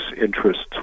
interests